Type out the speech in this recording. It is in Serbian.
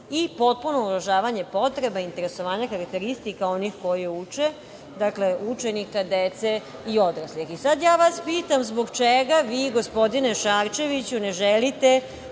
i potpuno ugrožavanje potreba, interesovanja, karakteristika onih koji uče, dakle, učenika, dece i odraslih i sada ja vas pitam zbog čega vi, gospodine Šarčeviću, ne želite